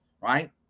right